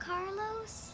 Carlos